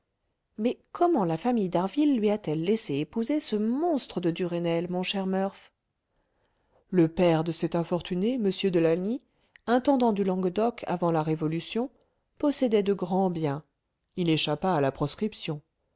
mais comment la famille d'harville lui a-t-elle laissé épouser ce monstre de duresnel mon cher murph le père de cette infortunée m de lagny intendant du languedoc avant la révolution possédait de grands biens il échappa à la proscription